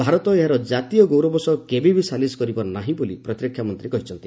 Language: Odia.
ଭାରତ ଏହାର ଜାତୀୟ ଗୌରବ ସହ କେବେବି ସାଲିସ୍ କରିବ ନାହିଁ ବୋଲି ପ୍ରତିରକ୍ଷା ମନ୍ତ୍ରୀ କହିଛନ୍ତି